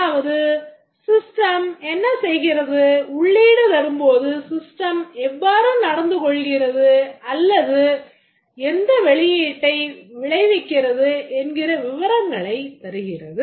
அதாவது system என்ன செய்கிறது உள்ளீடு தரும்போது system எவ்வாறு நடந்து கொள்கிறது அல்லது எந்த வெளியீடை விளைவிக்கிறது என்ற விவரங்களைத் தருகிறது